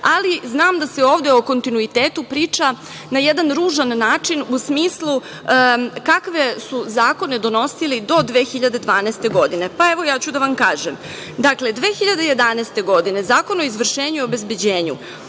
ali znam da se ovde o kontinuitetu priča na jedan ružan način, u smislu kakve su zakone donosili do 2012. godine. Pa, evo ja ću da vam kažem. Dakle, 2011. godine Zakon o izvršenju i obezbeđenju,